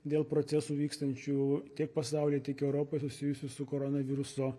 dėl procesų vykstančių tiek pasauly tiek europoj susijusių su koronaviruso